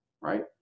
Right